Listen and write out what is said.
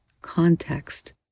context